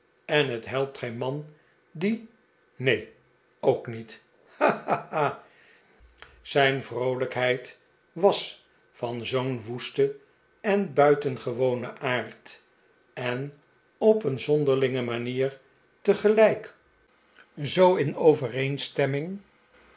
en het helpt geen man die neen ook niet ha ha ha zijn vroolijkheid was van zoo'n woesten en buitengewonen aard en op een zonderlinge manier tegelijk zoo in overeenstemming